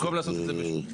במקום לעשות את זה בשלבים.